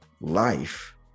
life